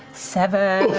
seven.